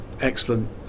excellent